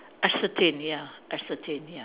ascertain ya ascertain ya